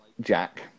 Jack